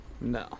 No